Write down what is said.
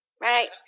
right